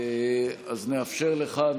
אז נאפשר לך,